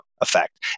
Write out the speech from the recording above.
effect